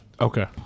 okay